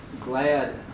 glad